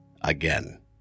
Again